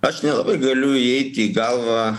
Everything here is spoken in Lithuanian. aš nelabai galiu įeiti į galvą